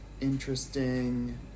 interesting